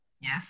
Yes